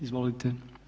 Izvolite.